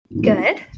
Good